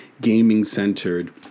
gaming-centered